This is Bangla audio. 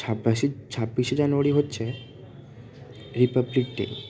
ছাব্বশে ছাব্বিশে জানুয়ারি হচ্ছে রিপাবলিক ডে